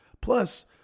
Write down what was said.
Plus